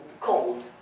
cold